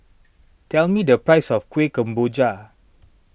tell me the price of Kuih Kemboja